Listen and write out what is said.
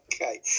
Okay